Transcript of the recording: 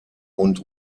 und